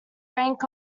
rank